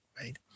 right